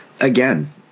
Again